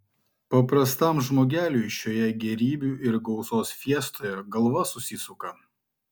paprastam žmogeliui šioje gėrybių ir gausos fiestoje galva susisuka